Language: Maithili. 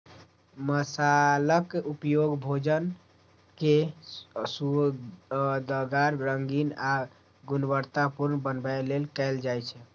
मसालाक उपयोग भोजन कें सुअदगर, रंगीन आ गुणवतत्तापूर्ण बनबै लेल कैल जाइ छै